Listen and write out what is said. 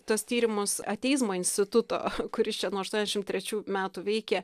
tuos tyrimus ateizmo instituto kuris čia nuo aštuoniasdešimt trečių metų veikė